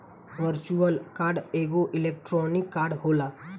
virtual card एगो electronic card होला